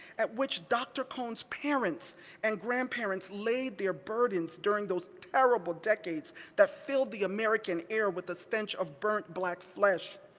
at which dr. cone's parents and grandparents laid their burdens during those terrible decades that filled the american air with the stench of burnt black flesh?